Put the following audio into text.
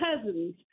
cousins